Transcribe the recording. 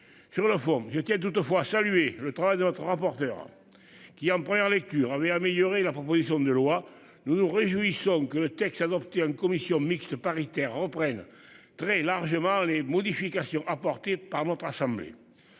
Sur la forme je tiens toutefois salué le travail de notre rapporteure qui en première lecture avait amélioré la proposition de loi. Nous nous réjouissons que le texte adopté en commission mixte paritaire reprennent très largement les modifications apportées par notre assemblée.